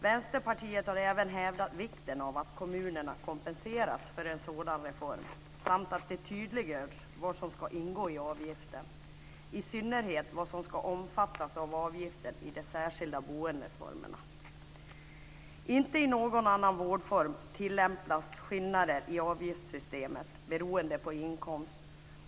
Vänsterpartiet har även hävdat vikten av att kommunerna kompenseras för en sådan reform samt att det tydliggörs vad som ska ingå i avgiften, i synnerhet vad som ska omfattas av avgiften i de särskilda boendeformerna. Inte i någon annan vårdform tillämpas skillnader i avgiftssystemet beroende på inkomst.